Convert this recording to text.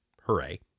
hooray